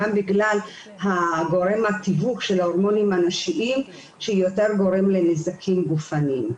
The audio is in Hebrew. גם בגלל גורם התיווך של ההורמונים הנשיים שיותר גורם לנזקים גופניים.